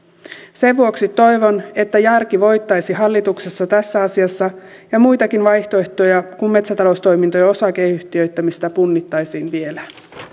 sen vuoksi toivon että järki voittaisi hallituksessa tässä asiassa ja muitakin vaihtoehtoja kuin metsätaloustoimintojen osakeyhtiöittämistä punnittaisiin vielä